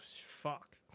fuck